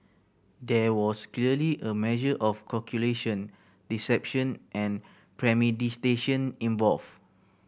there was clearly a measure of calculation deception and involved